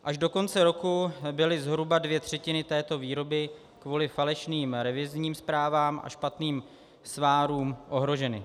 Až do konce roku byly zhruba dvě třetiny této výroby kvůli falešným revizním zprávám a špatným svarům ohroženy.